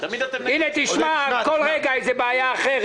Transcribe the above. הנה תשמע, בכל רגע יש איזו בעיה אחרת.